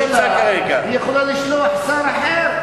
הממשלה יכולה לשלוח שר אחר.